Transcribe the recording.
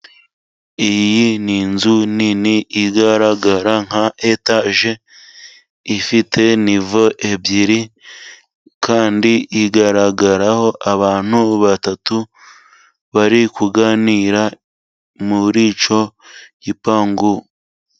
Iyi ni inzu nini igaragara nka etaje ifite nivo ebyiri, kandi igaragaraho abantu batatu bari kuganira muri icyo gipangu.